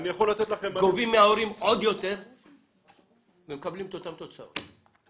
גובים מההורים עוד יותר ומקבלים את אותן תוצאות,